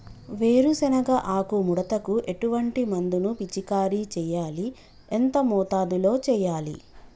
వేరుశెనగ ఆకు ముడతకు ఎటువంటి మందును పిచికారీ చెయ్యాలి? ఎంత మోతాదులో చెయ్యాలి?